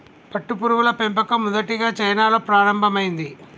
పట్టుపురుగుల పెంపకం మొదటిగా చైనాలో ప్రారంభమైంది